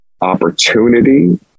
opportunity